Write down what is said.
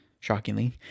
shockingly